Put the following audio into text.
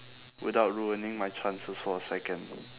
without ruining my chances for a second